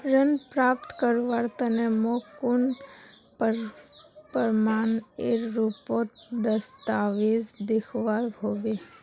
ऋण प्राप्त करवार तने मोक कुन प्रमाणएर रुपोत दस्तावेज दिखवा होबे?